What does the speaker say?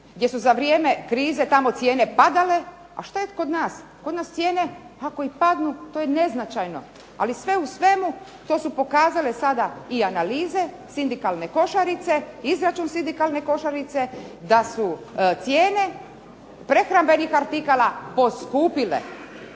gdje su za vrijeme krize tamo cijene padale, a šta je kod nas, kod nas cijene ako i padnu to je neznačajno, ali sve u svemu to su pokazale sada i analize sindikalne košarice, izračun sindikalne košarice da su cijene prehrambenih artikala poskupile.